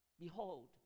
Behold